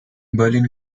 berlin